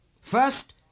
First